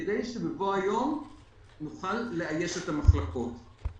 כדי שבבוא היום נוכל לאייש את המחלקות.